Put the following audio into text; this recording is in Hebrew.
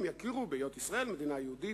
יכירו בהיות ישראל מדינה יהודית,